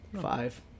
Five